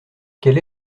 quelle